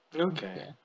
Okay